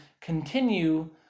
continue